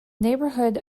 neighbourhood